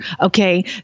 Okay